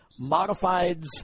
modifieds